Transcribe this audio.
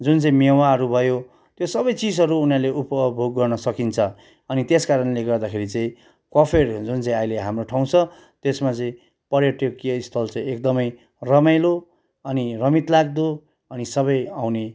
जुन चाहिँ मेवाहरू भयो त्यो सबै चिजहरू उनीहरूले उपभोग गर्न सकिन्छ अनि त्यस कारणले गर्दाखेरि चाहिँ कफेर जुन चाहिँ अहिले हाम्रो ठाउँ छ त्यसमा चाहिँ पर्यटकीय स्थल चाहिँ एकदमै रमाइलो अनि रमितलाग्दो अनि सबै आउने